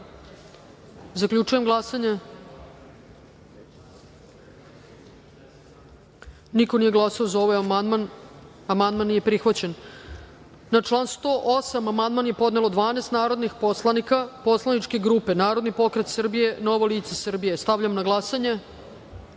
amandman. Zaključujem glasanje: niko nije glasao za ovaj amandman. Amandman nije prihvaćen. Na član 82. amandman je podnelo 12 narodnih poslanika poslaničke grupe Narodni pokret Srbije – Novo lice Srbije. Stavljam na glasanje